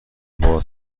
باهات